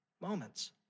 moments